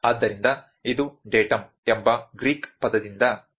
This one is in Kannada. ಆದ್ದರಿಂದ ಇದು ಡೇಟಮ್ ಎಂಬ ಗ್ರೀಕ್ ಪದದಿಂದ ಬಂದಿದೆ